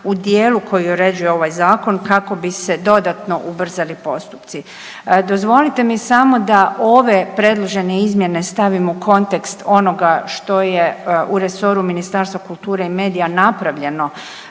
u dijelu koji uređuje ovaj zakon kako bi se dodatno ubrzali postupci. Dozvolite mi samo da ove predložene izmjene stavim u kontekst onoga što je u resoru Ministarstva kulture i medija napravljeno